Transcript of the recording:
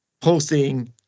posting